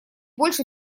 больше